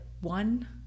one